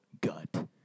gut